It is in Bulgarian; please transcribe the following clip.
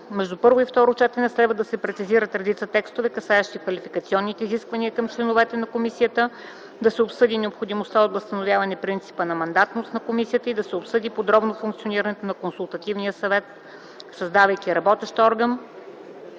Между първо и второ четене следва да се прецизират редица текстове, касаещи квалификационните изисквания към членовете на комисията, да се обсъди необходимостта от възстановяване принципа на мандатност на комисията и да се обсъди подробно функционирането на Консултативния съвет, създавайки работещ орган